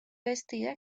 vestida